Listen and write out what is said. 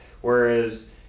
Whereas